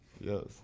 yes